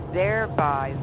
thereby